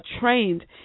trained